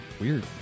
Weird